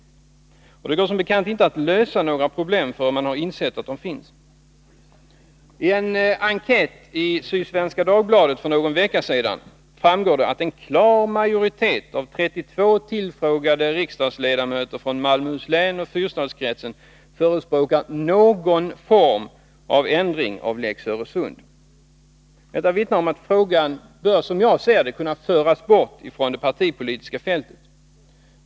Och det går som bekant inte att lösa några problem förrän man har insett att de finns. I en enkät i Sydsvenska Dagbladet för någon vecka sedan framgår det att en klar majoritet av 32 tillfrågade riksdagsledamöter från Malmöhus län och Fyrstadskretsen förespråkar någon form av ändring av lex Öresund. Detta vittnar om att frågan bör kunna föras bort från det partipolitiska fältet.